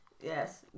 yes